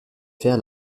faire